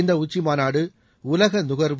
இந்த உச்சிமாநாடு உலக நுகர்வு